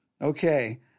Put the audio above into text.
Okay